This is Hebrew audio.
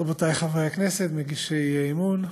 רבותי חברי הכנסת, מגישי האי-אמון,